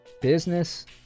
Business